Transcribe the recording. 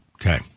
Okay